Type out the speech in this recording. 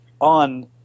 on